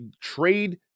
trade